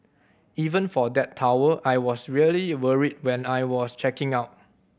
even for that towel I was really worried when I was checking out